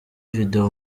video